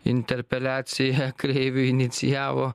interpeliaciją kreiviui inicijavo